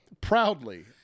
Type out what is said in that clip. Proudly